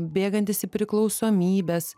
bėgantis į priklausomybes